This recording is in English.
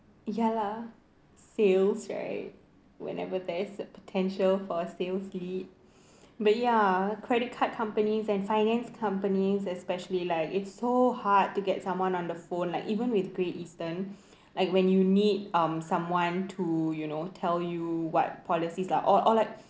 ya lah sales right whenever there's a potential for sales lead but ya credit card companies and finance companies especially like it's so hard to get someone on the phone like even with Great Eastern like when you need someone to you know tell you what policies lah or or like